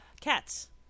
Cats